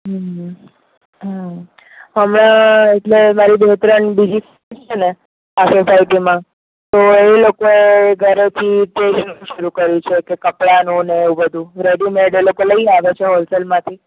હમ્મ હ હમણાં એટલે મારી દોહિત્રાની બીજી છે ને આ સોસાયટીમાં તો એ લોકો ઘરેથી કોઈ બિજનેસ ચાલુ કર્યું છે કે કપડાનું એવું બધું રેડીમેડ એ લોકો લઇ આવે છે હોલસેલમાંથી